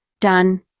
done